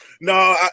No